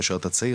כאשר אתה צעיר,